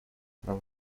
нам